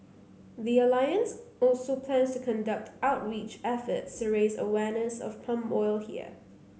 the alliance also plans to conduct outreach efforts to raise awareness of palm oil here